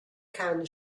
can